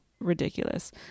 ridiculous